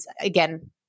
again